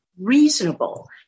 reasonable